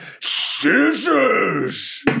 scissors